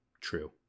true